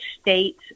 state